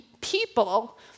people